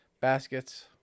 baskets